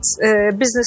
business